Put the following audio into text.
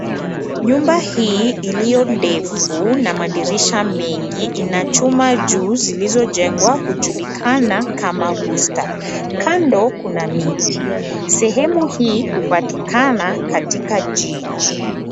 Nyumba hii iliyo ndefu na madirisha mengi, ina chuma juu zilizojengwa, hujulikana kama buster . Kando kuna miti. Sehemu hii hupatikana katika jiji.